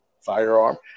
firearm